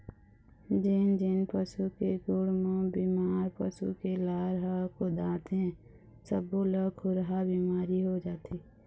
जेन जेन पशु के गोड़ म बेमार पसू के लार ह खुंदाथे सब्बो ल खुरहा बिमारी हो जाथे